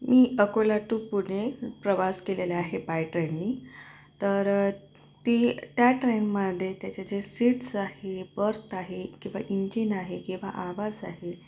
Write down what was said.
मी Akola to Pune प्रवास केलेला आहे बाय ट्रेननी तर ती त्या ट्रेनमध्ये त्याचं जे सीट्स आहे बर्त आहे किंवा इंजिन आहे किंवा आवाज आहे